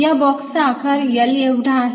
या बॉक्सचा आकार L एवढा आहे